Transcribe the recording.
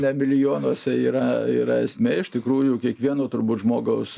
ne milijonuose yra yra esmė iš tikrųjų kiekvieno turbūt žmogaus